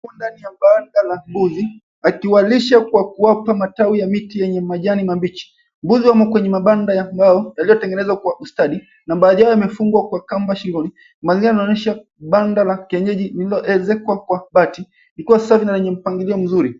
Mtu ndani ya banda la mbuzi, akiwalisha kwa kuwapa matawi ya miti yenye majani mabichi. Mbuzi wako kwenye mabanda ya mbao yaliyotengenezwa kwa ustadi na baadhi yao yamefungwa kwa kamba shingoni. Mazingira yanaonyesha banda la kienyeji lililoezekwa kwa mabati likiwa safi na lenye mpangilio mzuri.